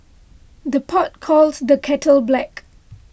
the pot calls the kettle black